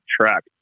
track